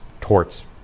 torts